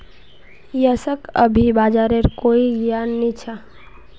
यशक अभी बाजारेर कोई ज्ञान नी छ